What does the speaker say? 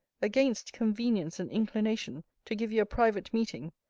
against convenience and inclination, to give you a private meeting,